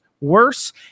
worse